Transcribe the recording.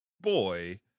boy